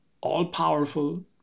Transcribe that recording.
all-powerful